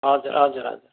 हजुर हजुर हजुर